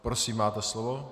Prosím, máte slovo.